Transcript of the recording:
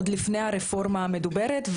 עוד לפני הרפורמה המדוברת.